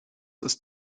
ist